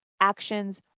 actions